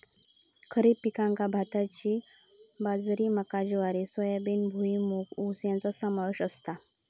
खरीप पिकांत भाताची बाजरी मका ज्वारी सोयाबीन भुईमूग ऊस याचो समावेश असता